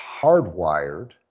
hardwired